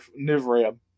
Nivram